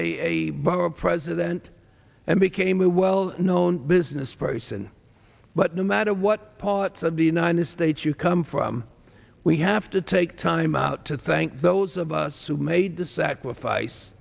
power president and became a well known business person but no matter what parts of the united states you come from we have to take time out to thank those of us who made the sacrifice